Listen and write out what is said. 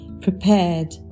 prepared